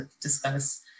discuss